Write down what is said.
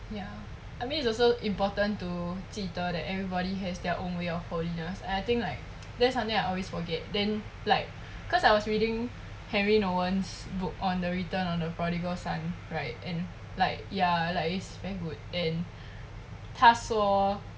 ya I mean it's also important to 记得 that everybody has their own way of holiness I think like that's something I always forget then like cause I was reading henri nouwem's book on the return of the prodigal son right and like ya like it's very good and 他说